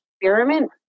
experiment